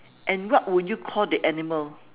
and what would you call the animal